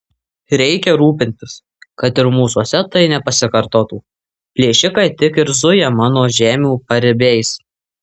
reikia rūpintis kad ir mūsuose tai nepasikartotų plėšikai tik ir zuja mano žemių paribiais